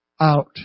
out